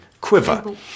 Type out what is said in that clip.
quiver